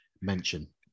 mention